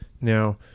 Now